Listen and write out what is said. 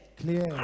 Clear